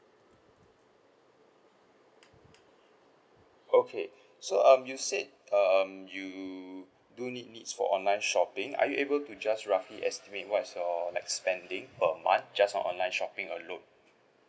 okay so um you said um you do need needs for online shopping are you able to just roughly estimate what is your like spending per month just on online shopping alone